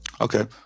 Okay